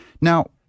now